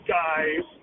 guys